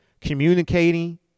communicating